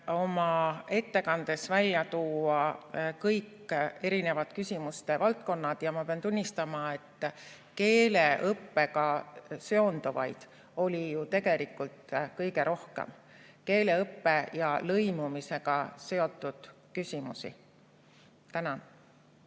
oma ettekandes välja tuua kõik küsimuste valdkonnad ja ma pean tunnistama, et keeleõppega seonduvaid oli ju kõige rohkem, keeleõppe ja lõimumisega seotud küsimusi. Suur